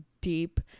deep